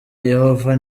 yehova